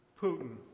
Putin